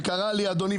שקרא לי אדוני,